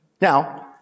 Now